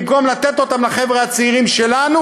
במקום לתת אותן לחבר'ה הצעירים שלנו